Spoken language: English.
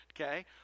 okay